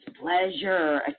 pleasure